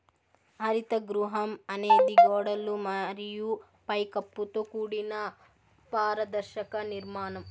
హరిత గృహం అనేది గోడలు మరియు పై కప్పుతో కూడిన పారదర్శక నిర్మాణం